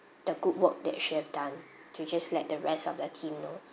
the good work that she have done to just let the rest of their team know